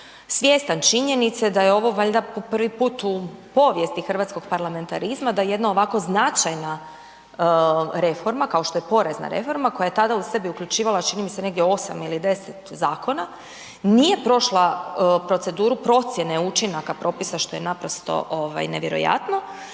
svjestan činjenice da je ovo valjda po prvi put u povijesti hrvatskog parlamentarizma, da jedna ovako značajna reforma kao što je porezna reforma koja je tada u sebi uključivala čini mi se negdje 8 ili 10 zakona, nije prošla proceduru procjene učinaka propisa što je naprosto nevjerojatno,